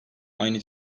aynı